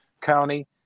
County